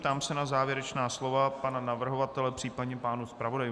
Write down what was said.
Ptám se na závěrečná slova pana navrhovatele, případně pánů zpravodajů.